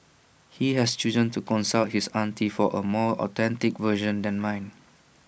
he has chosen to consult his auntie for A more authentic version than mine